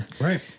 Right